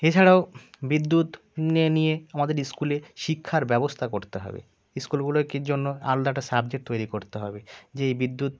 এছাড়াও বিদ্যুৎ নিয়ে আমাদের স্কুলে শিক্ষার ব্যবস্থা করতে হবে স্কুলগুলোয় কী জন্য আলাদা একটা সাবজেক্ট তৈরি করতে হবে যে এই বিদ্যুৎ